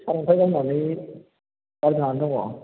सारअन्थाइ गावनानै गाज्रि जानानै दङ